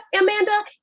Amanda